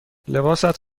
لباست